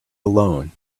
alone